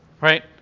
Right